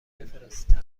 بفرستم